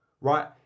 right